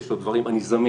יש עוד דברים אני זמין,